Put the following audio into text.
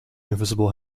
invisible